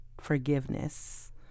forgiveness